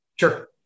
Sure